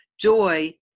joy